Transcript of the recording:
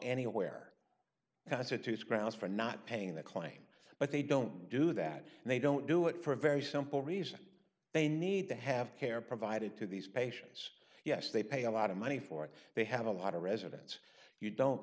anywhere constitutes grounds for not paying the claim but they don't do that and they don't do it for a very simple reason they need to have care provided to these patients yes they pay a lot of money for it they have a lot of residents you don't